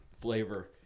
flavor